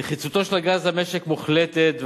נחיצותו של הגז למשק מוחלטת,